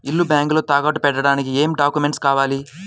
ఇల్లు బ్యాంకులో తాకట్టు పెట్టడానికి ఏమి డాక్యూమెంట్స్ కావాలి?